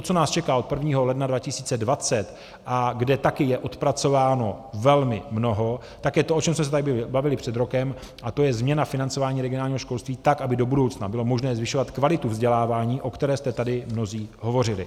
Co nás čeká od 1. ledna 2020 a kde taky je odpracováno velmi mnoho, tak je to, o čem jsme se tady bavili před rokem, a to je změna financování regionálního školství tak, aby do budoucna bylo možné zvyšovat kvalitu vzdělávání, o které jste tady mnozí hovořili.